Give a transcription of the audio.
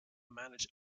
manage